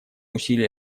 усилия